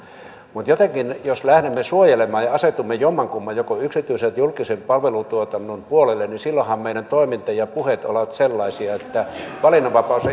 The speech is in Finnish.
mutta jos lähdemme suojelemaan ja asetumme jommankumman joko yksityisen tai julkisen palvelutuotannon puolelle niin silloinhan meidän toimintamme ja puheemme ovat sellaisia että valinnanvapaus